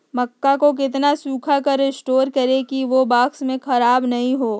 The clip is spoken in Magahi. मक्का को कितना सूखा कर स्टोर करें की ओ बॉक्स में ख़राब नहीं हो?